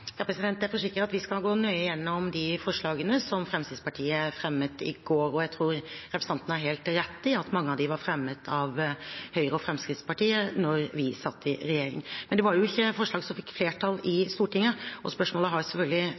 Jeg forsikrer at vi skal gå nøye gjennom forslagene som Fremskrittspartiet fremmet i går, og jeg tror representanten har helt rett i at mange av dem var fremmet av Høyre og Fremskrittspartiet da vi satt i regjering sammen. Men det var ikke forslag som fikk flertall i Stortinget, og spørsmålet er selvfølgelig om flertallet nå har